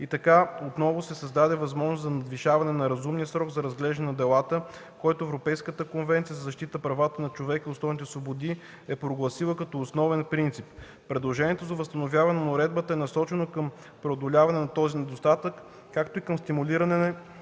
и така отново се създаде възможност за надвишаване на разумния срок за разглеждане на делата, който Европейската конвенция за защита правата на човека и основните свободи е прогласила като основен принцип. Предложението за възстановяване на уредбата е насочено към преодоляване на този недостатък, както и към стимулиране на